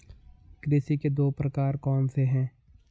कृषि के दो प्रकार कौन से हैं?